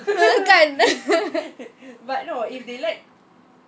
kan